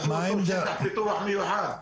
עשו אותו שטח פיתוח מיוחד.